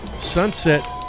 sunset